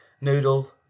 noodle